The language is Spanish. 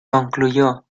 concluyó